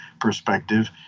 perspective